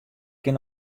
kin